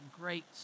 great